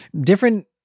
different